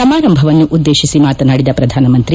ಸಮಾರಂಭವನ್ನು ಉದ್ದೇತಿಸಿ ಮಾತನಾಡಿದ ಪ್ರಧಾನಮಂತ್ರಿ